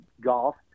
golf